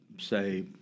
say